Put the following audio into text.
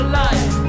life